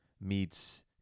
meets